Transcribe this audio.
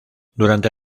durante